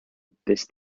this